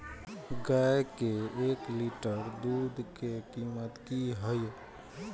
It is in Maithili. गाय के एक लीटर दूध के कीमत की हय?